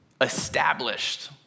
established